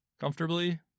comfortably